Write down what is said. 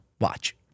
Watch